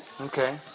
Okay